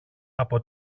από